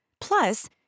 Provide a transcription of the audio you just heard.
Plus